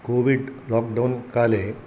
COVID lockdown काले